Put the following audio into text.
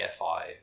afi